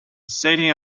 sitting